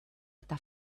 eta